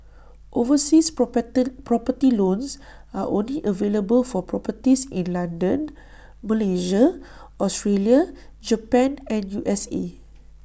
overseas property loans are only available for properties in London Malaysia Australia Japan and U S A